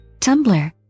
Tumblr